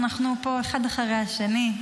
אנחנו פה אחד אחרי השני,